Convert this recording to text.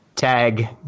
Tag